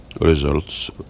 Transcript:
results